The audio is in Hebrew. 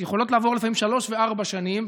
יכולות לעבור לפעמים שלוש וארבע שנים,